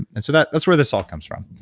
and so that's that's where this all comes from.